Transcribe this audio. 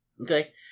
Okay